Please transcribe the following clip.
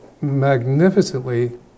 magnificently